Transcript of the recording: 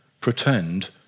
pretend